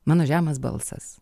mano žemas balsas